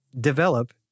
develop